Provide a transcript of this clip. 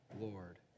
Lord